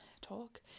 talk